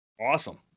Awesome